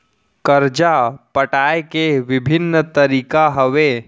करजा पटाए के विभिन्न तरीका का हवे?